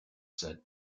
set